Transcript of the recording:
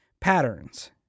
patterns